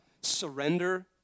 surrender